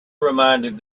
reminded